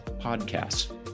podcasts